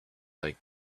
like